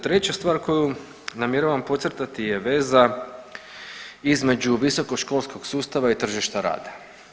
Treća stvar koju namjeravam podcrtati je veza između visokoškolskog sustava i tržišta rada.